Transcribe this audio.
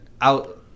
out